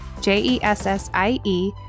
J-E-S-S-I-E